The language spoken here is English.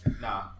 Nah